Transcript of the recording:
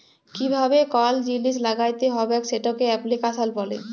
কিভাবে কল জিলিস ল্যাগ্যাইতে হবেক সেটকে এপ্লিক্যাশল ব্যলে